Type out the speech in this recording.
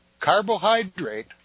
carbohydrate